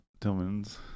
Tillman's